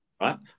right